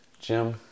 Jim